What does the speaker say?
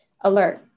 alert